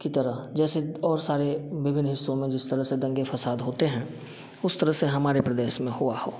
की तरह जैसे और सारे विभिन्न हिस्सों में जिस तरह से दँगे फ़साद होते हैं उस तरह से हमारे प्रदेश में हुआ हो